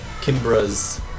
Kimbra's